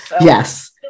Yes